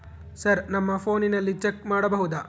Sir ನಮ್ಮ ಫೋನಿನಲ್ಲಿ check ಮಾಡಬಹುದಾ?